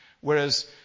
whereas